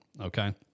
okay